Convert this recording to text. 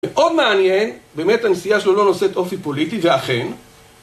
מאוד מעניין, באמת הנסיעה שלו לא נושאת אופי פוליטי ואכן